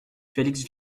félix